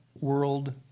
world